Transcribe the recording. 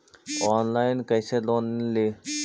Online कैसे loan ली?